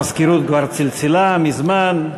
המזכירות כבר צלצלה מזמן,